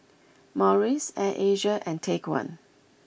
Morries Air Asia and Take One